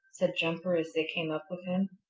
said jumper as they came up with him.